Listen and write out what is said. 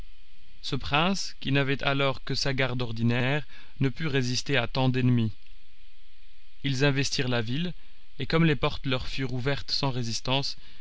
ce prince qui n'avait alors que sa garde ordinaire ne put résister à tant d'ennemis ils investirent la ville et comme les portes leur furent ouvertes sans résistance